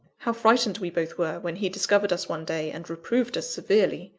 how frightened we both were, when he discovered us one day, and reproved us severely!